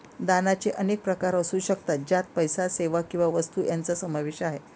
दानाचे अनेक प्रकार असू शकतात, ज्यात पैसा, सेवा किंवा वस्तू यांचा समावेश आहे